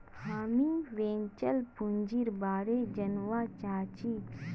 हामीं वेंचर पूंजीर बारे जनवा चाहछी